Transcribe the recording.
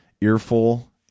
Earful